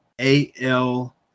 A-L